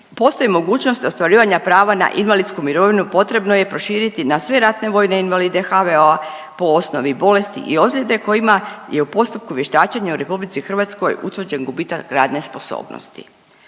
postoji mogućnost ostvarivanja prava na invalidsku mirovinu potrebno je proširiti na sve ratne vojne invalide HVO-a po osnovi bolesti i ozljede kojima je u postupku vještačenja u RH utvrđen gubitak radne sposobnosti.